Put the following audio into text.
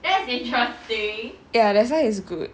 ya that's why it's good